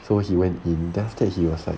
so he went in depth that he was like